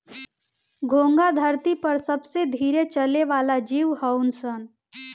घोंघा धरती पर सबसे धीरे चले वाला जीव हऊन सन